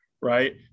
right